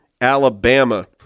Alabama